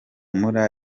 mula